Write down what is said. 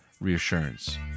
reassurance